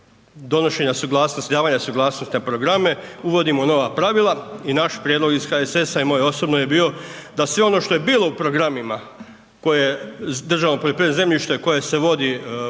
donošenja suglasnosti, davanja suglasnosti na programe, uvodimo nova pravila i naš prijedlog iz HSS-a i moj osobno je bio da sve ono što je bilo u programima državnog poljoprivrednog zemljišta koje se vodi u